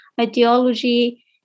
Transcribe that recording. ideology